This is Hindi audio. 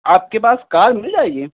आपके पास कार मिल जाएगी